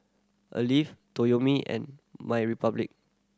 a leave Toyomi and MyRepublic